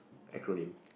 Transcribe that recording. acronym